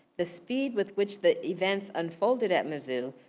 the speed with which the events unfolded at mizzou,